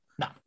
No